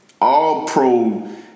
all-pro